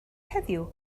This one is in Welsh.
heddiw